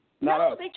No